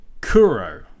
Kuro